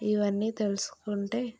ఇవన్నీ తెలుసుకుంటే